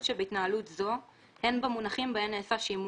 שבהתנהלות זו הן במונחים בהם נעשה שימוש,